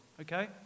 okay